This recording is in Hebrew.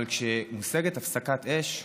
אבל כשמושגת הפסקת אש,